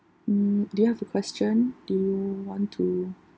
mm do you have a question do you want to